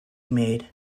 made